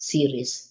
Series